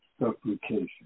supplication